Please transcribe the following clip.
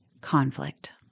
conflict